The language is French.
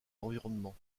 l’environnement